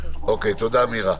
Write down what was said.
תודה, מירה.